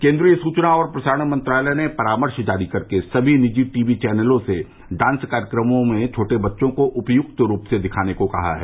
केन्द्रीय सूचना और प्रसारण मंत्रालय ने परामर्श जारी करके सभी निजी टी वी चैनलों से डांस कार्यक्रमों में छोटे बच्चों को उपयुक्त रूप से दिखाने को कहा है